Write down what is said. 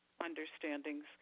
understandings